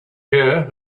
here